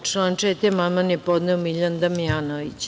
Na član 4. amandman je podneo Miljan Damjanović.